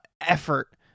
effort